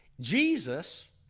Jesus